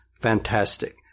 fantastic